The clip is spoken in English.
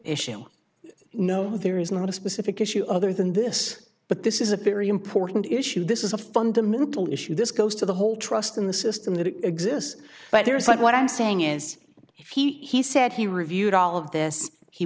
issue no there is not a specific issue other than this but this is a very important issue this is a fundamental issue this goes to the whole trust in the system that it exists but there isn't what i'm saying is if he said he reviewed all of this he